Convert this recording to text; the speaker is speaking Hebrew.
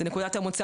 זוהי נקודת המוצא,